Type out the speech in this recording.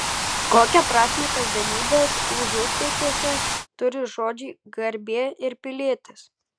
kokią prasmę kasdienybės užutėkiuose turi žodžiai garbė ir pilietis